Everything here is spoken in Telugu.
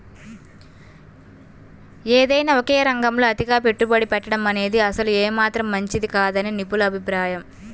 ఏదైనా ఒకే రంగంలో అతిగా పెట్టుబడి పెట్టడమనేది అసలు ఏమాత్రం మంచిది కాదని నిపుణుల అభిప్రాయం